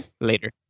later